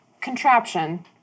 contraption